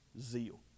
zeal